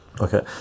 okay